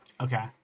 Okay